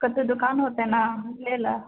कतहुँ दुकानोसँ ने लेलऽ